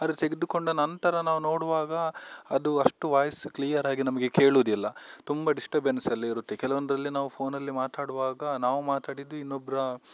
ಆದರೆ ತೆಗೆದುಕೊಂಡ ನಂತರ ನಾವು ನೋಡುವಾಗ ಅದು ಅಷ್ಟು ವಾಯ್ಸ್ ಕ್ಲಿಯರಾಗಿ ನಮಗೆ ಕೇಳುವುದಿಲ್ಲ ತುಂಬ ಡಿಸ್ಟರ್ಬೆನ್ಸ್ ಎಲ್ಲ ಇರುತ್ತೆ ಕೆಲವೊಂದರಲ್ಲಿ ನಾವು ಫೋನಲ್ಲಿ ಮಾತನಾಡುವಾಗ ನಾವು ಮಾತಾಡಿದ್ದು ಇನ್ನೊಬ್ಬರ